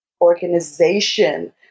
organization